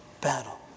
battle